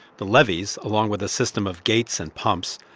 the levees, along with a system of gates and pumps,